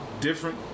different